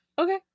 Okay